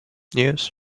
yes